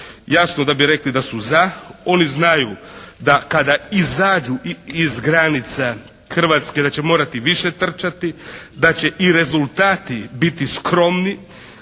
Jasno da bi rekli da su za. Oni znaju da kada izađu i iz granica Hrvatske da će morati više trčati, da će i rezultati biti skromni,